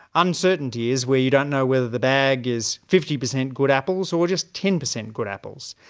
uncertainty is where you don't know whether the bag is fifty percent good apples or just ten percent good apples.